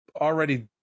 already